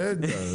רגע,